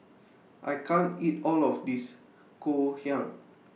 I can't eat All of This Ngoh Hiang